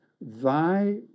Thy